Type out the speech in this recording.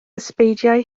ysbeidiau